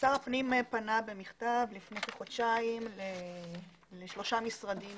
הפנים פנה במכתב לפני כחודשיים לשלושה משרדים